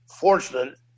fortunate